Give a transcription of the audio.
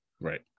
Right